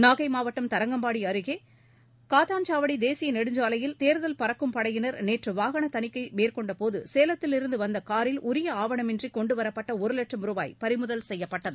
நாகை மாவட்டம் தரங்கம்பாடி அருகே காத்தான்சாவடி தேசிய நெடுஞ்சாலையில் தேர்தல் பறக்கும் படையினர் நேற்று வாகன தணிக்கை மேற்கொண்டபோது சேலத்திலிருந்து வந்த காரில் உரிய ஆவணமின்றி கொண்டுவரப்பட்ட ஒரு வட்சம் ரூபாய் பறிமுதல் செய்யப்பட்டது